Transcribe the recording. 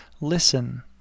Listen